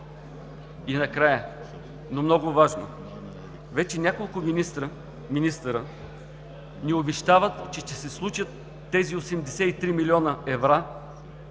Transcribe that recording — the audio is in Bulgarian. И накрая, но много важно. Вече няколко министри ни обещават, че ще се случат тези 83 млн. европари,